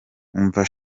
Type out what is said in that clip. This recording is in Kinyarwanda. umva